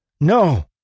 No